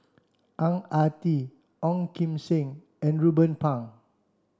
Ang Ah Tee Ong Kim Seng and Ruben Pang